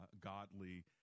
godly